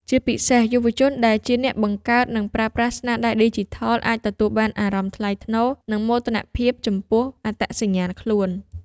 ជាពិសេស យុវជនដែលជាអ្នកបង្កើតនិងប្រើប្រាស់ស្នាដៃឌីជីថល អាចទទួលបានអារម្មណ៍ថ្លៃថ្នូរ និងមោទនភាពចំពោះអត្តសញ្ញាណខ្លួន